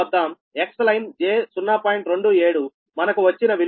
27 మనకు వచ్చిన విలువ